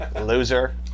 Loser